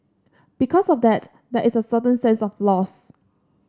because of that there is a certain sense of loss